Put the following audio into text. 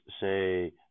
say